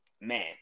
man